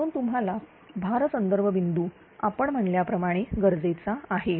म्हणून तुम्हाला भार संदर्भ बिंदू आपण म्हटल्याप्रमाणे गरजेचा आहे